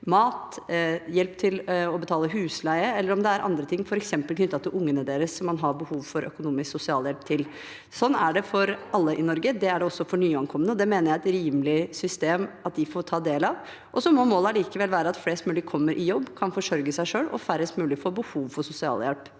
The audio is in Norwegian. mat, hjelp til å betale husleie, eller andre ting, f.eks. knyttet til ungene, som man har behov for økonomisk sosialhjelp til. Sånn er det for alle i Norge. Det er det også for nyankomne. Det mener jeg er et system det er rimelig at de får ta del i. Målet må likevel være at flest mulig kommer i jobb, kan forsørge seg selv, og at færrest mulig får behov for sosialhjelp